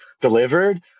delivered